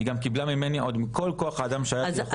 היא גם קיבלה ממני עוד מכל כוח האדם שהיה כביכול.